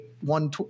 one